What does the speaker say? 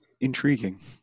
intriguing